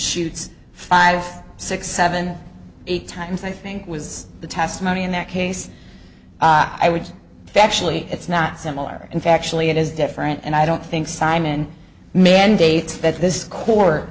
shoots five six seven eight times i think was the testimony in that case i would actually it's not similar in factually it is different and i don't think simon mandates that this court